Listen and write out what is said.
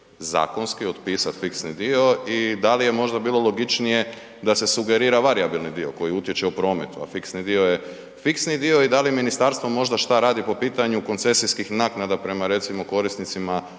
zakonski otpisati fiksni dio i da li je možda bilo logičnije da se sugerira varijabilni dio koji utječe u prometu, a fiksni dio je fiksni dio i da li ministarstvo možda što radi po pitanju koncesijskih naknada prema, recimo, korisnicima